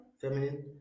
feminine